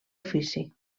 ofici